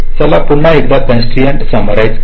चला पुन्हा एकदा कॉन्स्ट्राईन्ट समरआईस करू